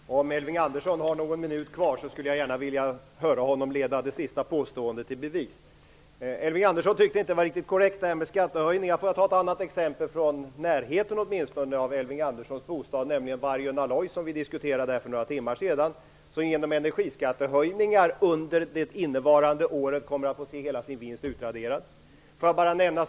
Herr talman! Om Elving Andersson har någon minut kvar skulle jag gärna vilja höra honom leda det senaste påståendet i bevis. Elving Andersson tyckte inte att det jag sade om skattehöjningar var riktigt korrekt. Jag tar ett annat exempel från närheten av Elving Anderssons bostad, nämligen Vargön Alloys som vi diskuterade för några timmar sedan. Genom energiskattehöjningar under det innevarande året kommer det företaget att få hela sin vinst utraderad.